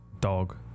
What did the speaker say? dog